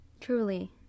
Truly